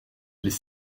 les